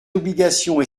obligations